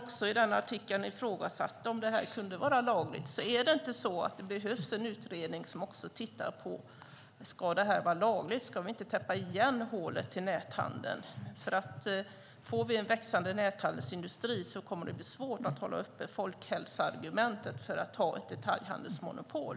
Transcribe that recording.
I artikeln ifrågasatte de om detta kunde vara lagligt. Är det inte så att det behövs en utredning som tittar på om det här är lagligt? Ska vi inte täppa igen hålet till näthandeln? Får vi en växande näthandelsindustri kommer det att bli svårt att hävda folkhälsoargumentet för att ha ett detaljhandelsmonopol.